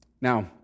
Now